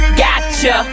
gotcha